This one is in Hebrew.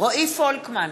רועי פולקמן,